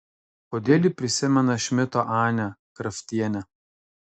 kodėl ji prisimena šmito anę kraftienę